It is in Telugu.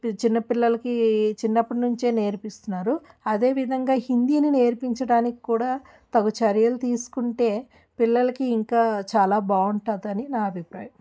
చిన్న పిల్లలకీ చిన్నప్పటి నుంచే నేర్పిస్తున్నారు అదేవిధంగా హిందీని నేర్పించటానికి కూడా తగు చర్యలు తీసుకుంటే పిల్లలకి ఇంకా చాలా బాగుంటుందని నా అభిప్రాయం